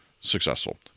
successful